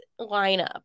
lineup